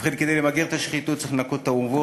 ובכן, כדי למגר את השחיתות צריך לנקות את האורוות,